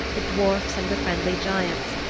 the dwarfs and the friendly giants,